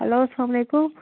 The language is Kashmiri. ہیٚلو اسلام علیکُم